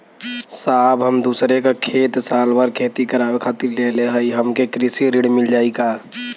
साहब हम दूसरे क खेत साल भर खेती करावे खातिर लेहले हई हमके कृषि ऋण मिल जाई का?